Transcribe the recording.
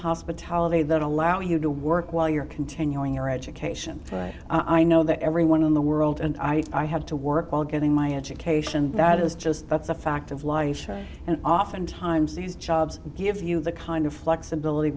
hospitality that allow you to work while you're continuing your education right i know that everyone in the world and i have to work on getting my education that is just a fact of life and oftentimes these jobs give you the kind of flexibility